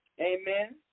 Amen